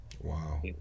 Wow